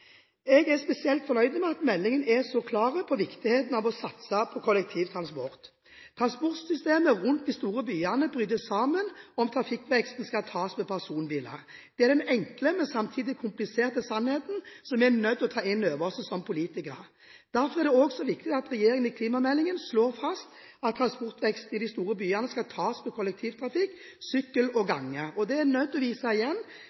Jeg er spesielt fornøyd med at meldingen er så klar på viktigheten av å satse på kollektivtransport. Transportsystemet rundt de store byene bryter sammen om trafikkveksten skal tas med personbiler. Det er den enkle, men samtidig kompliserte sannheten som vi er nødt til å ta inn over oss som politikere. Derfor er det også så viktig at regjeringen i klimameldingen slår fast at transportveksten i de store byene skal tas med kollektivtrafikk, sykkel og gange. Det er en nødt til å vise igjen